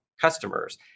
customers